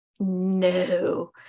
no